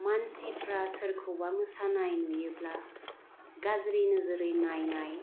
मानसिफ्रा सोरखौबा मोसानाय नुयोब्ला गाज्रि नोजोरै नायनाय